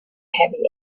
heavy